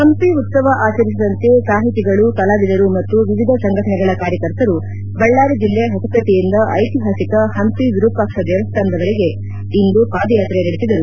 ಹಂಪಿ ಉತ್ತವ ಆಚರಿಸುವಂತೆ ಸಾಹಿತಿಗಳು ಕಲಾವಿದರು ಮತ್ತು ವಿವಿಧ ಸಂಘಟನೆಗಳ ಕಾರ್ಯಕರ್ತರು ಬಳ್ಳಾರಿ ಜಿಲ್ಲೆ ಹೊಸಪೇಟೆಯಿಂದ ಐತಿಹಾಸಿಕ ಪಂಪಿ ವಿರೂಪಾಕ್ಷ ದೇವಸ್ಥಾನದವರೆಗೆ ಇಂದು ಪಾದಯಾತ್ರೆ ನಡೆಸಿದರು